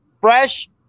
fresh